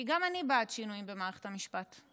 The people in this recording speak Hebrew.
כי גם אני בעד שינויים במערכת המשפט,